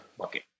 Okay